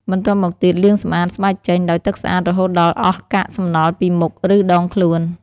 បន្ទាប់មកទៀត លាងសម្អាតស្បែកចេញដោយទឹកស្អាតរហូតដល់អស់កាកសំណល់ពីមុខ ឬដងខ្លួន។